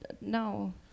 no